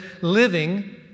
living